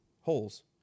holes